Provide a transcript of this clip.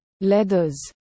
leathers